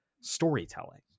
storytelling